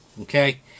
okay